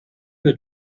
het